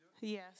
Yes